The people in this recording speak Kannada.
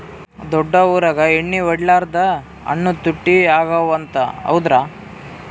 ದೊಡ್ಡ ಊರಾಗ ಎಣ್ಣಿ ಹೊಡಿಲಾರ್ದ ಹಣ್ಣು ತುಟ್ಟಿ ಅಗವ ಅಂತ, ಹೌದ್ರ್ಯಾ?